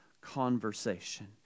conversation